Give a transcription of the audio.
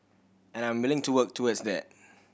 and I am willing to work towards that